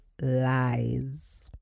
Lies